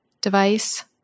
device